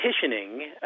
petitioning